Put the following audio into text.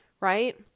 right